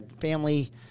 family